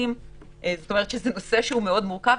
מדובר בנושא שהוא מאוד מורכב,